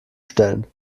stellen